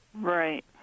Right